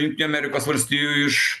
jungtinių amerikos valstijų iš